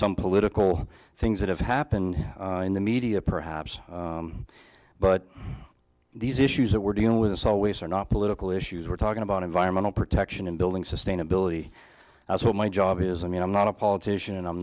some political things that have happened in the media perhaps but these issues that we're dealing with us always are not political issues we're talking about environmental protection and building sustainability that's what my job is i mean i'm not a politician and i'm